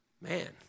Man